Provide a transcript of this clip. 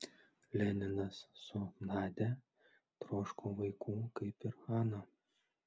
leninas su nadia troško vaikų kaip ir ana